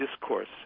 discourse